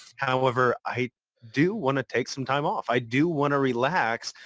however, i do want to take some time off. i do want to relax.